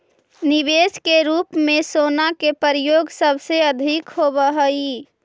निवेश के रूप में सोना के प्रयोग सबसे अधिक होवऽ हई